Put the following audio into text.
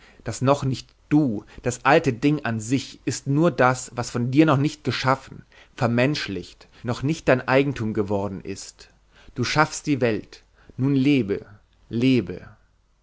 das andere das noch nicht du das alte ding an sich ist nur das was von dir noch nicht geschaffen vermenschlicht noch nicht dein eigentum geworden ist du schaffst die welt nun lebe lebe